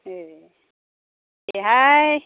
ए देहाय